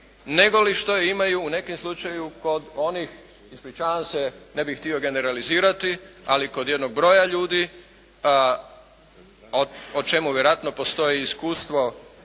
nego li što imaju u nekom slučaju kod onih, ispričavam se, ne bih htio generalizirati, ali kod jednog broja ljudi o čemu vjerojatno postoji iskustvo